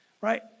Right